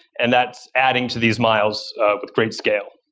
and that's adding to these miles with great scale.